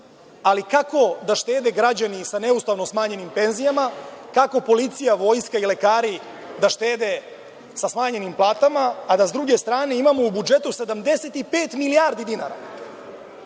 ali kako da štede građani sa neustavno smanjenim penzijama, kako policija, vojska i lekari da štede sa smanjenim platama, a da sa druge strane imamo u budžetu 75 milijardi dinara